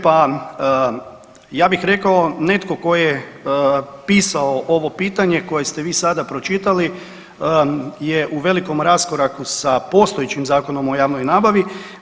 Pa ja bih rekao netko tko je pisao ovo pitanje koje ste vi sada pročitali je u velikom raskoraku sa postojećim Zakonom o javnoj nabavi.